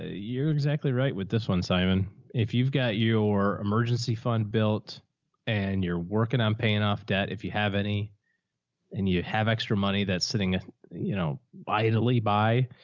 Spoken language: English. ah, you're exactly right with this one, simon. if you've got your emergency fund built and you're working on paying off debt, if you have any and you have extra money that's sitting you know by the lee by,